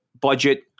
Budget